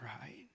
right